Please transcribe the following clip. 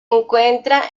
encuentra